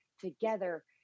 Together